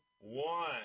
one